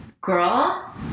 girl